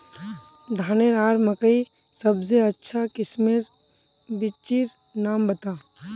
धानेर आर मकई सबसे अच्छा किस्मेर बिच्चिर नाम बता?